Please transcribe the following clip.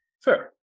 fair